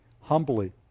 humbly